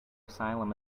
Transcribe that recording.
asylum